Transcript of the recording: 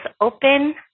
open